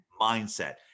mindset